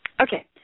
Okay